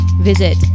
visit